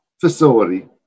facility